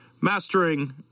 mastering